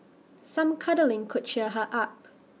some cuddling could cheer her up